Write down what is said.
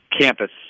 campus